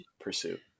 pursuit